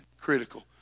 critical